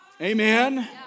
Amen